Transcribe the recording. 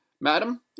Madam